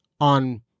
on